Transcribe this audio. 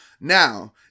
Now